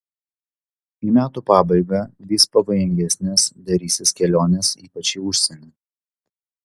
į metų pabaigą vis pavojingesnės darysis kelionės ypač į užsienį